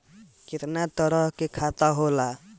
केतना तरह के खाता होला?